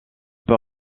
peut